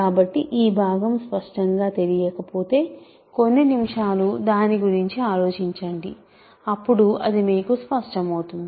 కాబట్టి ఈ భాగం స్పష్టంగా తెలియకపోతే కొన్ని నిమిషాలు దాని గురించి ఆలోచించండి అప్పుడు అది మీకు స్పష్టమవుతుంది